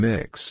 Mix